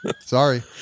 Sorry